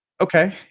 okay